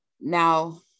Now